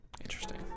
Interesting